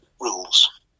rules